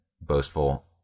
boastful